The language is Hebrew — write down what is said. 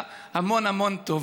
אני מאחל לך המון המון טוב.